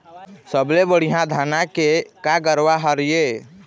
सबले बढ़िया धाना के का गरवा हर ये?